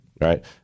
right